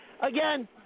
again